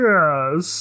Yes